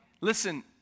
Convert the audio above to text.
Listen